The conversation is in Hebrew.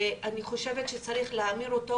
ואני חושבת שצריך להמיר אותו,